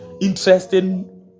interesting